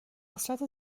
حسرت